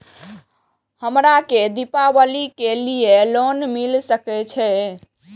हमरा के दीपावली के लीऐ लोन मिल सके छे?